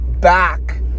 back